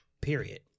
Period